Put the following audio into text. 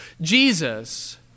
Jesus